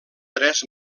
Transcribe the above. tres